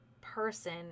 person